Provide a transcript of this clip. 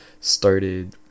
started